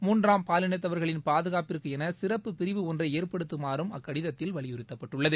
மூன்றாம் பாலினத்தவர்களின் பாதுகாப்பிற்கு என சிறப்புப்பிரிவு ஒன்றை ஏற்படுத்துமாறும் அக்கடிதத்தில் வலியுறுத்தப்பட்டுள்ளது